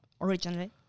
originally